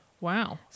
Wow